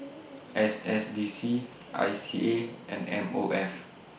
S S D C I C A and M O F